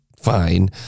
Fine